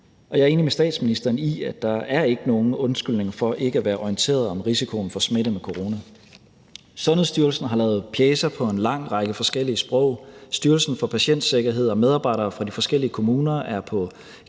jeg er enig med statsministeren i, at der ikke er nogen undskyldning for ikke at være orienteret om risikoen for smitte med corona. Sundhedsstyrelsen har lavet pjecer på en lang række forskellige sprog, Styrelsen for Patientsikkerhed og medarbejdere fra de forskellige kommuner er på